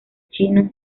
chinos